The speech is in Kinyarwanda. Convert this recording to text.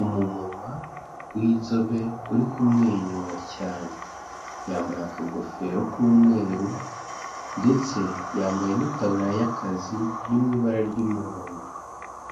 Umumama w'inzobe uri kumwenyura cyane, yambaye akagofero k'umweru ndetse yambaye n'itaburariya y'akazi iri mu ibara ry'umuhondo,